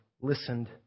listened